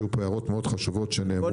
כי היו פה הערות מאוד חשובות שנאמרו.